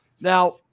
Now